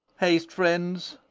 haste, friends,